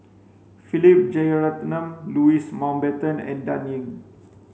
Philip Jeyaretnam Louis Mountbatten and Dan Ying